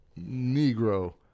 Negro